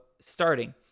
starting